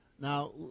Now